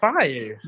fire